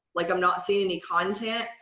like, i'm not seeing any content.